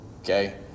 okay